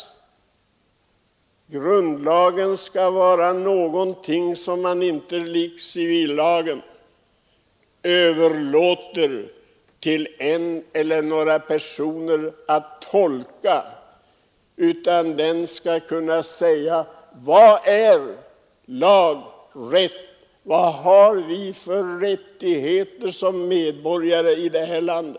Grundlagen skall inte liksom civillagen för sin tillämpning vara beroende av en eller flera personers tolkning, utan det skall av den framgå vad som är lag och rätt och vilka rättigheter vi har som medborgare i vårt land.